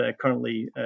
currently